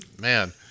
man